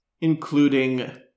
including